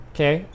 Okay